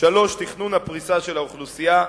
3. תכנון הפריסה של האוכלוסייה,